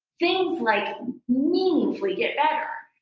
things like meaningfully get better.